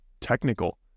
technical